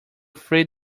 free